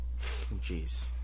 Jeez